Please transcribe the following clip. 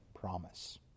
promise